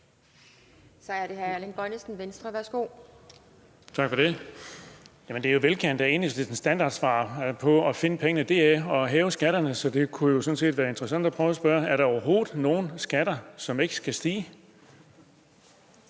Kl. 14:33 Erling Bonnesen (V): Tak for det. Det er jo velkendt, at Enhedslistens standardsvar på at finde penge er at hæve skatterne, så det kunne sådan set være interessant at prøve at spørge: Er der overhovedet nogen skatter, som ikke skal stige?